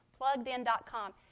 PluggedIn.com